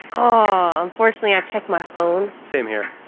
ah unfortunately, i check my phone. same here.